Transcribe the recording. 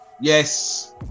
Yes